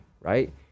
right